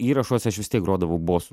įrašuose aš vis tiek grodavau bosu